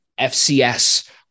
FCS